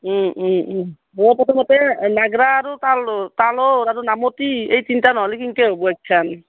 অঁ তাতে নাগৰা আৰু তালো তালো আৰু নামতি এই তিনিটা নহ'লি কেনকে হ'ব এইখান